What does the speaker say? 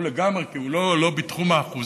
ברור לגמרי, כי הוא לא בתחום האחוזים.